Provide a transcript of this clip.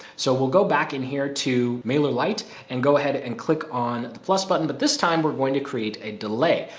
so we'll go back in here to mailer light and go ahead and click on the plus button, but this time we're going to create a delay,